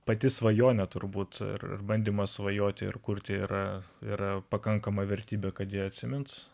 pati svajonė turbūt ir bandymas svajoti ir kurti yra yra pakankama vertybė kad ji atsimins